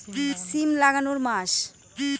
সিম লাগানোর মাস?